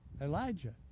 Elijah